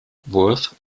worth